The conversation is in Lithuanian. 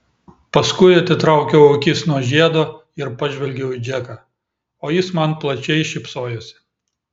paskui atitraukiau akis nuo žiedo ir pažvelgiau į džeką o jis man plačiai šypsojosi